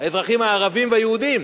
האזרחים הערבים והיהודים.